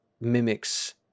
mimics